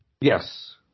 Yes